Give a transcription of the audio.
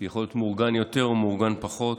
זה יכול להיות מאורגן יותר או מאורגן פחות.